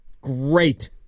great